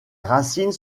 racines